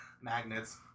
Magnets